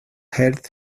health